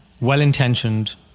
Well-intentioned